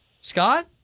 Scott